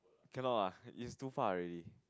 cannot lah is too far already